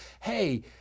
hey